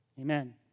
Amen